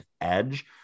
edge